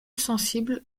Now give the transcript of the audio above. sensible